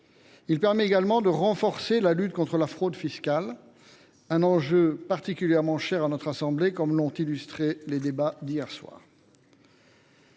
contribuera également à renforcer la lutte contre la fraude fiscale, un enjeu particulièrement cher à notre assemblée, comme l’ont illustré nos débats d’hier soir.